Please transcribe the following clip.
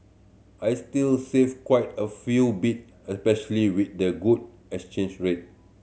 I'll still save quite a few bit especially with the good exchange rate